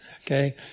Okay